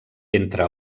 entre